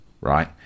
right